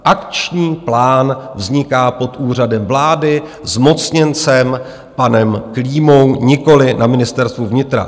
Akční plán vzniká pod Úřadem vlády, zmocněncem panem Klímou, nikoliv na Ministerstvu vnitra.